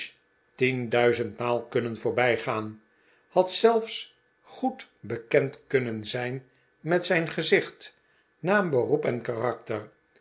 tienduizendmaal kunnen voorbijgaan had zelfs goed bekend kunnen zijn met zijn gezicht naam beroep en karakter